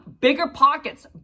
BiggerPockets